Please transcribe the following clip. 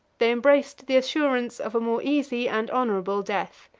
they embraced the assurance of a more easy and honorable death.